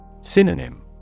Synonym